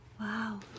Wow